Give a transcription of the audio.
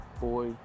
Boy